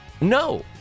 No